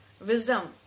Wisdom